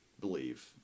believe